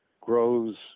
grows